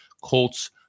Colts